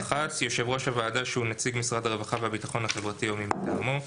יושב ראש הוועדה שהוא נציג משרד הרווחה והביטחון החברתי או מי מטעמו.